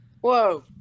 Whoa